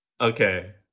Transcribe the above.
Okay